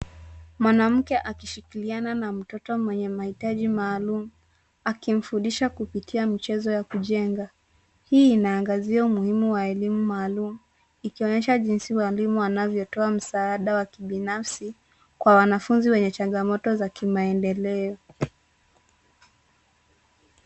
Mwanamke akishikiliana na mtoto mwenye mahitaji maalumu, akimfundisha kupitia michezo ya kujenga. Hii inaangazia umuhimu wa elimu maalumu, ikionyesha jinsi walimu wanavyotoa msaada wa kibinafsi, kwa wanafunzi wenye changamoto za kimaendeleo.